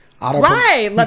Right